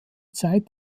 zeit